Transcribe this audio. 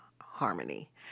Harmony